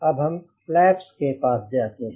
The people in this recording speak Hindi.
अब हम फ्लैप्स के पास आते हैं